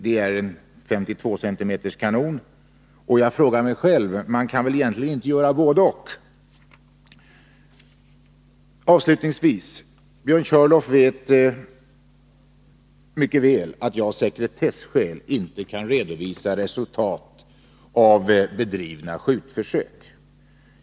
Det är en 12 cm kanon, och jag frågar mig själv: Man kan väl inte samtidigt ifrågasätta bägge dessa verkansformer? Avslutningsvis: Björn Körlof vet mycket väl att jag av sekretesskäl inte kan redovisa resultat av bedrivna skjutförsök.